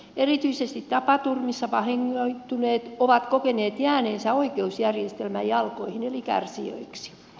erityisesti tapaturmissa vahingoittuneet ovat kokeneet jääneensä oikeusjärjestelmän jalkoihin eli kärsijöiksi